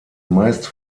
meist